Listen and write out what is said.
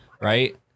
Right